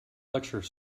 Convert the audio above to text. lecture